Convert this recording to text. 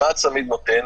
מה הצמיד נותן?